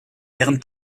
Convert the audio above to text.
wären